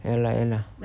ya lah ya lah